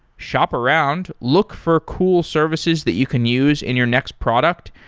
shop around, look for cool services that you can use in your next product,